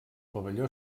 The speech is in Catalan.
pavelló